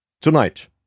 Tonight